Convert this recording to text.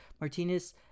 Martinez